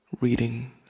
reading